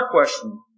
question